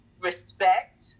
respect